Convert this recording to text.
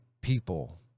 people